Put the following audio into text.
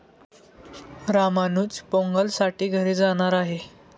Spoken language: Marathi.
रामानुज पोंगलसाठी घरी जाणार आहे